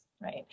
right